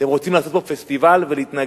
אתם רוצים לעשות פה פסטיבל ולהתנגח?